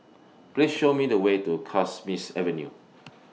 Please Show Me The Way to Kismis Avenue